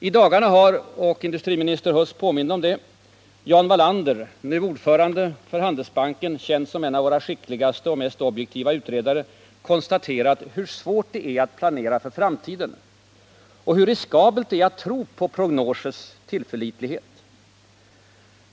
I dagarna har — som industriminister Huss påminde om — Jan Wallander, nu ordförande i Handelsbanken, känd som en av våra skickligaste och mest objektiva utredare, konstaterat hur svårt det är att planera för framtiden och hur riskabelt det är att tro på prognosers tillförlitlighet.